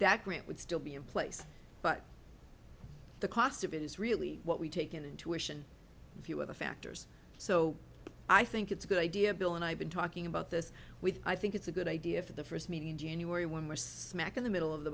that grant would still be in place but the cost of it is really what we take in intuition a few of the factors so i think it's a good idea bill and i've been talking about this with i think it's a good idea for the first meeting in january when we're smack in the middle of the